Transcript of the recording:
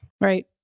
Right